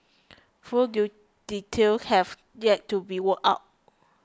full details have yet to be worked out